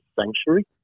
sanctuary